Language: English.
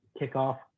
kickoff